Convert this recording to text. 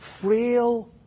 frail